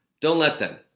don't let them.